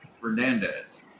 Fernandez